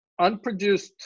unproduced